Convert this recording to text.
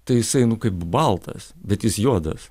tai jisai nu kaip baltas bet jis juodas